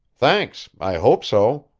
thanks i hope so,